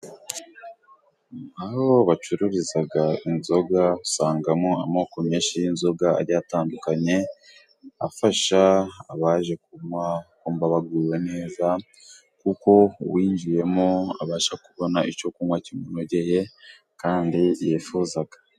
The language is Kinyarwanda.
Aho bacururizaga inzoga usangamo amoko menshi y'inzoga agiye atandukanye afasha abaje kunywa kumva baguwe neza kuko uwinjiyemo abasha kubona icyo kunywa kimunogeye kandi yifuzaga.